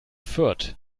fürth